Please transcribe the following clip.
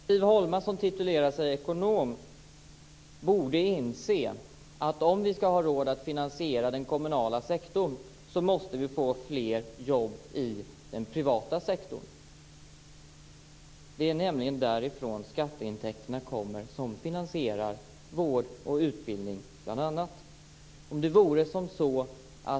Fru talman! Siv Holma som titulerar sig ekonom borde inse att om vi skall ha råd att finansiera den kommunala sektorn måste det bli fler jobb i den privata sektorn. Det är nämligen därifrån som skatteintäkterna kommer som finansierar bl.a. vård och utbildning.